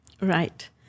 Right